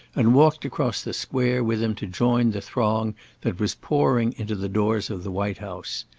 and walked across the square with him to join the throng that was pouring into the doors of the white house.